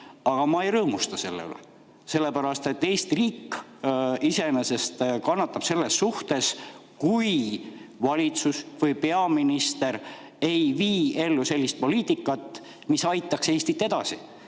Aga ma ei rõõmusta selle üle. Eesti riik iseenesest kannatab, kui valitsus või peaminister ei vii ellu sellist poliitikat, mis aitaks Eestit edasi,